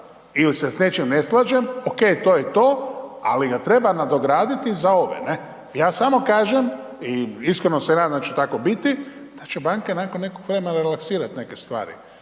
ili se s nečim ne slažem, okej, to je to, ali ga treba nadograditi za ove, ne? Ja samo kažem i iskreno se nadam će tako biti, da će banke nakon nekog vremena relaksirat neke stvari,